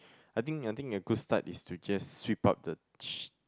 I think I think a good start is to just sweep up the sh~